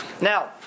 Now